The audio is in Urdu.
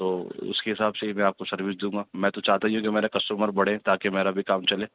تو اس کے حساب سے ہی میں آپ کو سروس دوں گا میں تو چاہتا ہی ہوں کہ میرا کسٹمر بڑھے تاکہ میرا بھی کام چلے